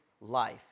life